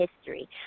history